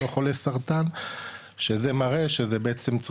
לא חולי סרטן שזה מראה שזה בעצם,